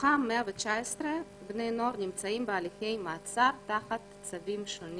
מתוכם 119 בני נוער נמצאים בהליכי מעצר תחת צווים.